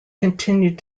continued